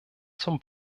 zum